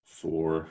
four